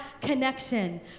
connection